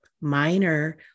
minor